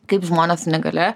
kaip žmonės su negalia